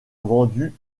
vendus